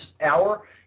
hour